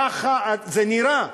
ככה זה נראה,